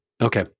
Okay